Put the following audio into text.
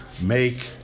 Make